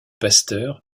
pasteur